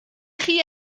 chi